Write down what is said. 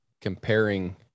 comparing